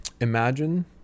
Imagine